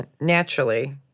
naturally